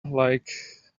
like